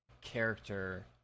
character